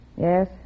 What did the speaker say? Yes